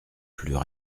plus